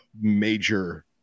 major